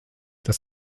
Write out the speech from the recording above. das